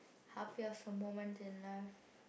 happiest moment in life